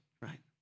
right